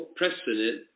precedent